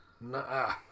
nah